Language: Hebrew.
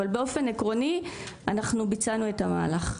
אבל באופן עקרוני אנחנו ביצענו את המהלך.